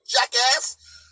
jackass